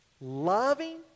loving